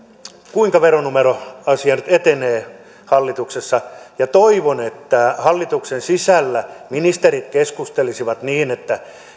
kuinka veronumeroasia nyt etenee hallituksessa toivon että hallituksen sisällä ministerit keskustelisivat niin että